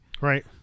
Right